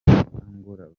angola